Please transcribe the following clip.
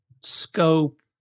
scope